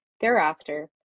Thereafter